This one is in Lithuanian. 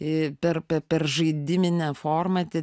į per per per žaidiminę formą tik